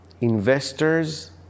investors